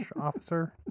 officer